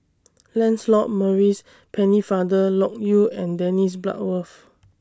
Lancelot Maurice Pennefather Loke Yew and Dennis Bloodworth